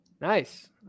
Nice